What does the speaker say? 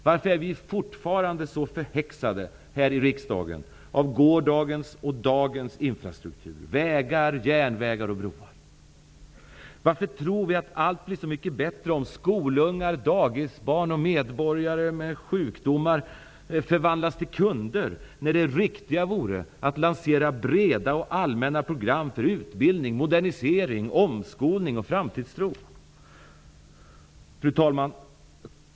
Varför är vi här i riksdagen fortfarande så förhäxade av gårdagens och dagens infrastruktur, vägar, järnvägar och broar? Varför tror vi att allt blir så mycket bättre om skolungar, dagisbarn och medborgare med sjukdomar förvandlas till kunder när det riktiga vore att lansera breda och allmänna program för utbildning, modernisering, omskolning och framtidstro? Fru talman!